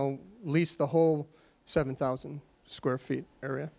know lease the whole seven thousand square feet area